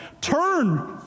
Turn